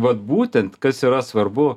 vat būtent kas yra svarbu